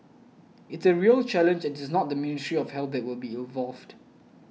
it's a real challenge and it's not the Ministry of Health will be involved